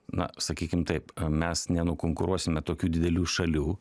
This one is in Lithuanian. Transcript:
na sakykim taip mes nenukonkuruosime tokių didelių šalių